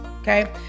Okay